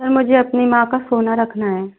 sir मुझे अपनी माँ का सोना रखना है